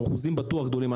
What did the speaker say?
באחוזים בטוח גדולים,